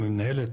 המנהלת,